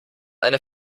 eine